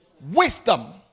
Wisdom